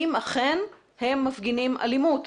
אם אכן הם מפגינים אלימות.